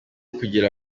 kugira